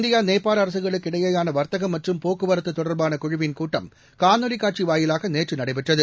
India நேபாள அரசுகளுக்கு இடையேயான வர்த்தகம் மற்றும் போக்குவரத்து தொடர்பான குழுவின் கூட்டம் காணொலி காட்சி வாயிலாக நேற்று நடைபெற்றது